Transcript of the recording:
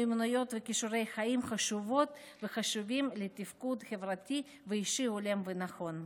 מיומנויות וכישורי חיים החשובים לתפקוד חברתי ואישי הולם ונכון.